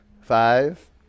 five